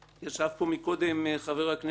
ישב פה קודם חבר הכנסת